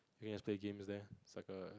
you know just play games there it's like a